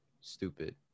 stupid